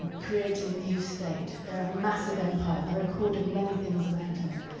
creating a new state. they're a massive empire, and they recorded many things about it.